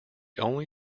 only